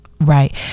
right